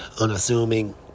unassuming